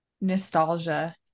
nostalgia